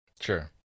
sure